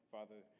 Father